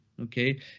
Okay